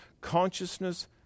consciousness